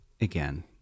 again